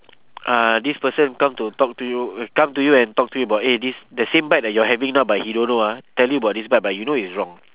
uh this person come to talk to you uh come to you and talk to you about eh this the same bike that you're having now but he don't know ah tell you about this bike but you know it's wrong